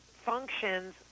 functions